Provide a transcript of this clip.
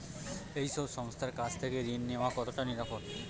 এই সব সংস্থার কাছ থেকে ঋণ নেওয়া কতটা নিরাপদ?